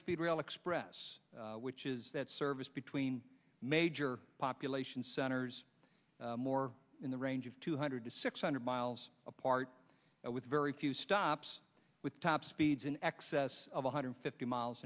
speed rail express which is that service between major population centers more in the range of two hundred to six hundred miles apart with very few stops with top speeds in excess of one hundred fifty miles